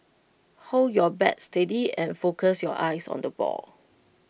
hold your bat steady and focus your eyes on the ball